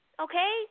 okay